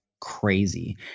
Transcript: crazy